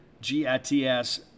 G-I-T-S